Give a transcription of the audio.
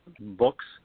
books